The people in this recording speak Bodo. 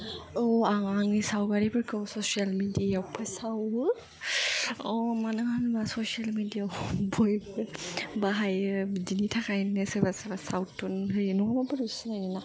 औ आं आंनि सावगारिफोरखौ सशियेल मिडियायाव फोसावो औ मानो होनोबा सशियेल मिडिया याव बयबो बाहायो बिदिनि थाखायनो सोरबा सोरबा सावथुन होयो नों मुंफोरखौ सिनायगोन ना